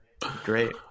Great